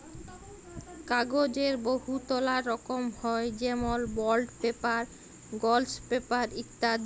কাগ্যজের বহুতলা রকম হ্যয় যেমল বল্ড পেপার, গলস পেপার ইত্যাদি